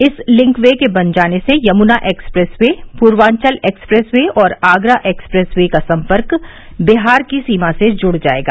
इस link way के बन जाने से Yamuna expressway Purvanchal expressway और आगरा एक्सप्रेस का सम्पर्क बिहार की सीमा से जुड़ जाएगा